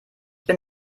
bin